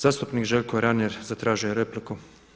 Zastupnik Željko Reiner zatražio je repliku.